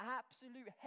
absolute